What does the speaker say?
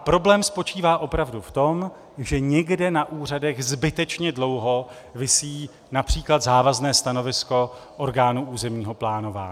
Problém spočítá opravdu v tom, že někde na úřadech zbytečně dlouho visí například závazné stanovisko orgánu územního plánování.